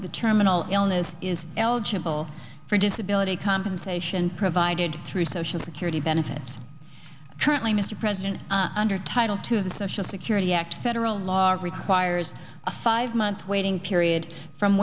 with a terminal illness is eligible for disability compensation provided through social security benefits currently mr president under title to the social security act federal law requires a five month waiting period from